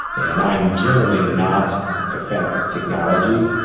and i'm generally not a fan of technology.